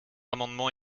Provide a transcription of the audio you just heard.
amendement